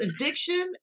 addiction